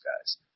guys